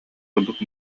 курдук